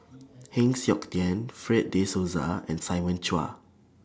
Heng Siok Tian Fred De Souza and Simon Chua